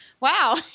wow